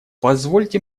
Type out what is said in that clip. позвольте